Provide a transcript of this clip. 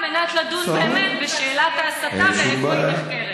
על מנת לדון באמת בשאלת ההסתה ואיפה היא נחקרת.